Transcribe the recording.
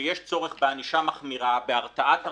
שיש צורך בענישה מחמירה, בהרתעת הרבים.